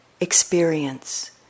experience